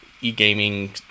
E-gaming